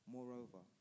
Moreover